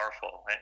powerful